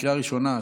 לקריאה ראשונה,